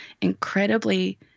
incredibly